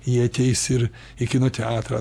jie ateis ir į kino teatrą